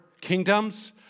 kingdoms